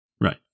Right